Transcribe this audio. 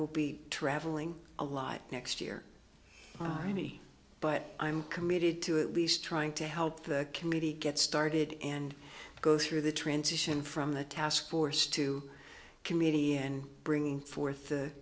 will be traveling a lot next year to me but i'm committed to at least trying to help the community get started and go through the transition from the task force to committee and bringing forth the